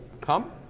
come